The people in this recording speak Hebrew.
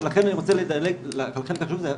לכן אני רוצה לדלג לחלק החשוב הזה,